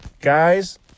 Guys